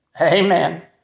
Amen